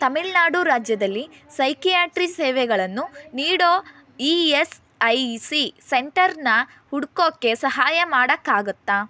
ತಮಿಳ್ನಾಡು ರಾಜ್ಯದಲ್ಲಿ ಸೈಕಿಯಾಟ್ರಿ ಸೇವೆಗಳನ್ನು ನೀಡೋ ಇ ಎಸ್ ಐ ಈ ಸಿ ಸೆಂಟರ್ನ ಹುಡುಕೊಕ್ಕೆ ಸಹಾಯ ಮಾಡೋಕ್ಕಾಗುತ್ತಾ